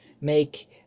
make